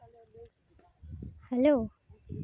hello